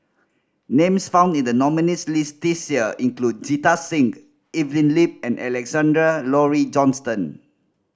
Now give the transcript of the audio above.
names found in the nominees' list this year include Jita Singh Evelyn Lip and Alexander Laurie Johnston